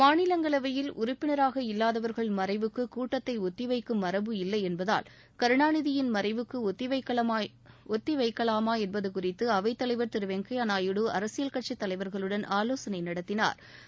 மாநிலங்களவையில் உறுப்பினராக இல்லாதவர்கள் மறைவுக்கு கூட்டத்தை ஒத்தி வைக்கும் மரவு இல்லை என்பதூல் கருணாநிதியின் மறைவுக்கு ஒத்திவைக்கலாமா என்பது குறித்து அவைத்தலைவா் திரு வெங்கையா நாயுடு அரசியல் கட்சித் தலைவா்களுடன் ஆலோசனை நடத்தினாா்